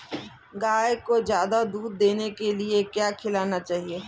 गाय को ज्यादा दूध देने के लिए क्या खिलाना चाहिए?